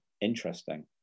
interesting